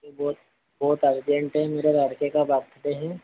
ये बहुत बहुत अर्जेंट है मेरे लड़के का बर्थडे है